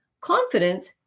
confidence